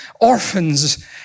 Orphans